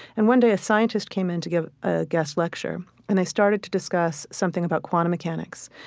and one day, a scientist came in to give a guest lecture, and they started to discuss something about quantum mechanics.